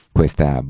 questa